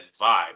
vibe